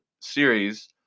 Series